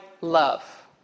love